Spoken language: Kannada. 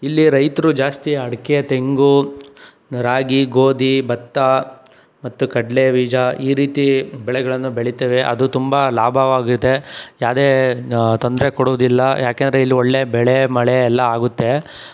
ಇಲ್ಲಿ ರೈತರು ಜಾಸ್ತಿ ಅಡಿಕೆ ತೆಂಗು ರಾಗಿ ಗೋಧಿ ಭತ್ತ ಮತ್ತು ಕಡ್ಲೆಬೀಜ ಈ ರೀತಿ ಬೆಳೆಗಳನ್ನು ಬೆಳೀತೇವೆ ಅದು ತುಂಬ ಲಾಭವಾಗಿದೆ ಯಾವುದೇ ತೊಂದರೆ ಕೊಡೋದಿಲ್ಲ ಯಾಕೆಂದರೆ ಇಲ್ಲಿ ಒಳ್ಳೆಯ ಬೆಳೆ ಮಳೆ ಎಲ್ಲ ಆಗುತ್ತೆ